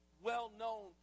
well-known